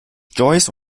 joyce